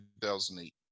2008